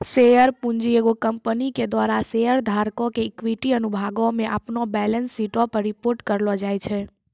share पूंजी एगो company के द्वारा शेयर धारको के इक्विटी अनुभागो मे अपनो बैलेंस शीटो पे रिपोर्ट करलो जाय छै